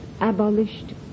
abolished